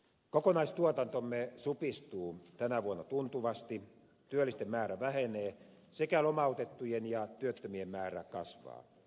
kokonaistuotantomme supistuu tänä vuonna tuntuvasti työllisten määrä vähenee sekä lomautettujen ja työttömien määrä kasvaa